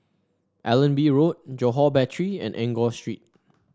Allenby Road Johore Battery and Enggor Street